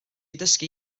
dysgu